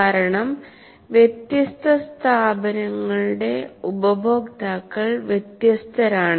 കാരണം വ്യത്യസ്ത സ്ഥാപനങ്ങളിൽ ഉപഭോക്താക്കൾ വ്യത്യസ്തരാണ്